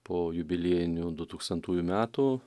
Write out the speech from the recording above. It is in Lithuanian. po jubiliejinių dutūkstantųjų metų